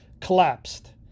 collapsed